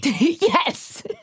Yes